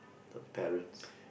the parents